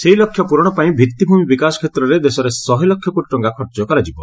ସେହି ଲକ୍ଷ୍ୟ ପ୍ରରଣ ପାଇଁ ଭିଭିମି ବିକାଶ କ୍ଷେତ୍ରରେ ଦେଶରେ ଶହେ ଲକ୍ଷ କୋଟି ଟଙ୍କା ଖର୍ଚ୍ଚ କରାଯିବ